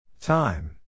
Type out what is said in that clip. time